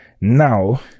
now